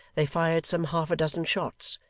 they fired some half-a-dozen shots.